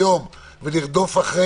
הוא עדיף על פני רדיפה אחרי